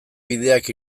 bideak